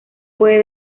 puede